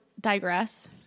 digress